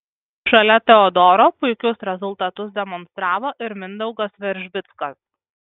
šalia teodoro puikius rezultatus demonstravo ir mindaugas veržbickas